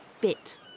bit